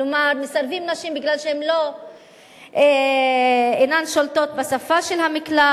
כלומר מסרבים לנשים כי הן אינן שולטות בשפה של המקלט,